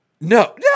No